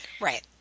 Right